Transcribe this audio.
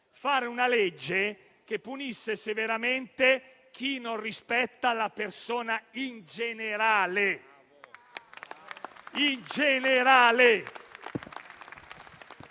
una legge che punisse severamente chi non rispetta la persona in generale.